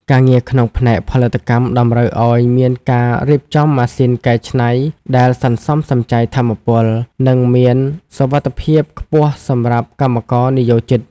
ការងារក្នុងផ្នែកផលិតកម្មតម្រូវឱ្យមានការរៀបចំម៉ាស៊ីនកែច្នៃដែលសន្សំសំចៃថាមពល និងមានសុវត្ថិភាពខ្ពស់សម្រាប់កម្មករនិយោជិត។